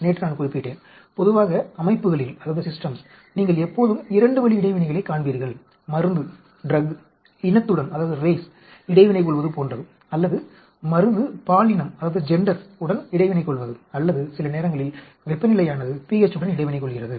நேற்று நான் குறிப்பிட்டேன் பொதுவாக அமைப்புகளில் நீங்கள் எப்போதும் 2 வழி இடைவினைகளைக் காண்பீர்கள் மருந்து இனத்துடன் இடைவினை கொள்வது போன்றது அல்லது மருந்து பாலினத்துடன் இடைவினை கொள்வது அல்லது சில நேரங்களில் வெப்பநிலையானது pH உடன் இடைவினை கொள்கிறது